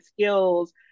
skills